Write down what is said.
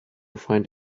find